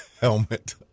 helmet